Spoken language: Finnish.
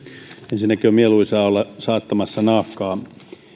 ensinnäkin on mieluisaa olla saattamassa naakkaa